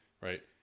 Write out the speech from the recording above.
Right